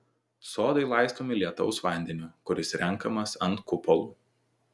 sodai laistomi lietaus vandeniu kuris renkamas ant kupolų